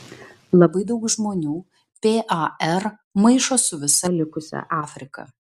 labai daug žmonių par maišo su visa likusia afrika